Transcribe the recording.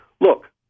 look